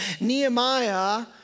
Nehemiah